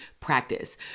practice